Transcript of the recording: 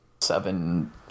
seven